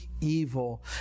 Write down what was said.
evil